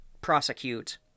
prosecute